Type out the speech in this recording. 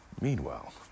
Meanwhile